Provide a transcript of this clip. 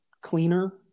cleaner